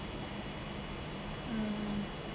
mm